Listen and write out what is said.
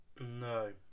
no